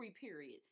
period